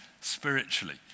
spiritually